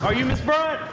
ah you miss brian?